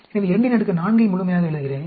எனவே 24 ஐ முழுமையாக எழுதுகிறேன்